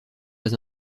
pas